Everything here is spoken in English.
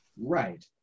Right